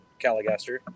Caligaster